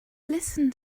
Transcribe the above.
listen